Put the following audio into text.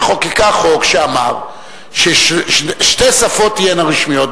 וחוקקה חוק שאמר ששתי שפות תהיינה רשמיות.